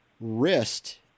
wrist